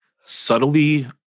subtly